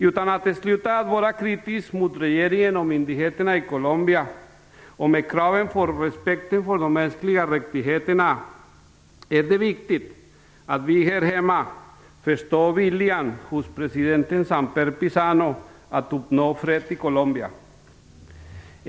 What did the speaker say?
Utan att sluta att vara kritisk mot regeringen och myndigheterna i Colombia eller frångå kraven på respekt för de mänskliga rättigheterna är det viktigt att vi här hemma förstår viljan hos presidenten Samper Pizano att uppnå fred i Colombia.